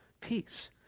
Peace